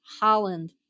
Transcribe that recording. Holland